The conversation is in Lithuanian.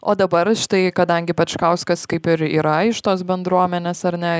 o dabar štai kadangi pačkauskas kaip ir yra iš tos bendruomenės ar ne